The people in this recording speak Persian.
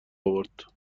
آورد